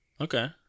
Okay